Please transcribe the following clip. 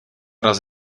raz